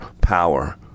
power